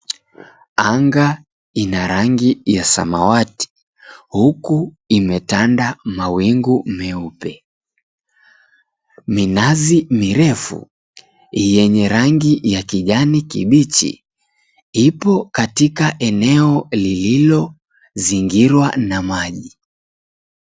Anga ina rangi ya samawati huku imetanda mawingu meupe. Minazi mirefu yenye rangi ya kijani kibichi ipo katika eneo lililozingirwa na maji.